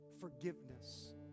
forgiveness